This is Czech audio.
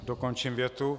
Dokončím větu.